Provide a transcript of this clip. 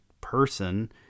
person